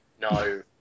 No